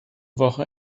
woche